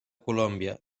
colòmbia